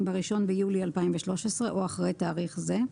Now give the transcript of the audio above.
ב-1 ביולי 2013 או אחרי תאריך זה,